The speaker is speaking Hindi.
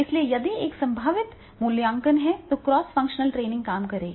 इसलिए यदि एक संभावित मूल्यांकन है तो क्रॉस फंक्शनल ट्रेनिंग काम करेगी